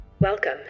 Welcome